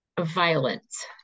violence